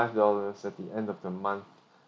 dollars at the end of the month